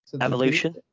evolution